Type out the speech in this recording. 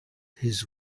his